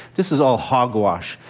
this is all hogwash.